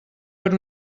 per